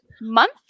month